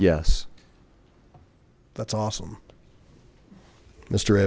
yes that's awesome mister